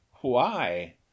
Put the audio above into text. Why